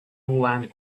land